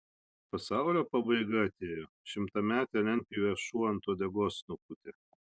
pasaulio pabaiga atėjo šimtametę lentpjūvę šuo ant uodegos nupūtė